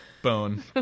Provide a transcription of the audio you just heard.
bone